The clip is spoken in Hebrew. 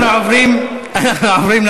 אנחנו עוברים להצבעה.